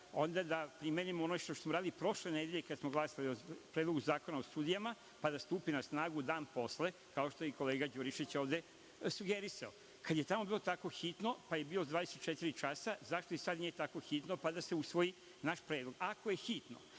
onda da primenimo ono što smo radili prošle nedelje kada smo glasali o Zakonu o sudijama, pa da stupi na snagu dan posle, kao što je kolega Đurišić ovde sugerisao. Kada je bilo tako hitno, pa je bilo 24 časa, zašto i sada nije tako hitno pa da se usvoji naš predlog? Ako je hitno,